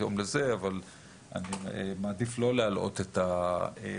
יום לזה אבל אני מעדיף לא להלאות את הוועדה.